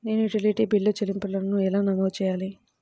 నేను utility bill చెల్లింపులను ఎలా నమోదు చేయాలి?